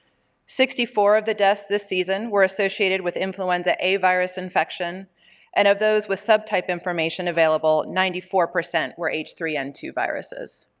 sixty four of the deaths this season were associated with influenza a virus infection and of those with subtype information available ninety four percent were h two n two viruses.